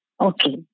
Okay